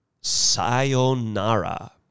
sayonara